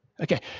Okay